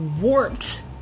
warped